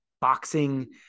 boxing